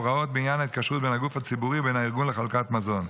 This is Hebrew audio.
הוראות בעניין ההתקשרות בין הגוף הציבורי ובין הארגון לחלוקת מזון.